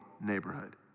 neighborhood